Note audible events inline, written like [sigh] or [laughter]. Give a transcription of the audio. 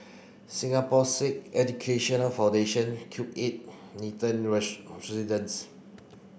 Singapore Sikh Education Foundation Cube eight Nathan [unintelligible] Residences